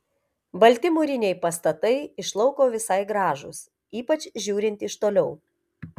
balti mūriniai pastatai iš lauko visai gražūs ypač žiūrint iš toliau